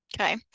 Okay